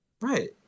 right